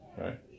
Right